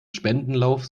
spendenlauf